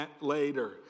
later